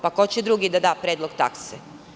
Ko će drugi da da predlog takse?